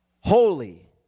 holy